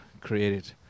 created